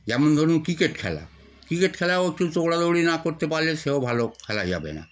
যেমন ধরুন ক্রিকেট খেলা ক্রিকেট খেলাও একটু দৌড়াদৌড়ি না করতে পারলে সেও ভালো খেলা যাবে না